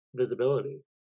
visibility